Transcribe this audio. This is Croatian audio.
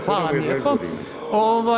Hvala vam lijepo.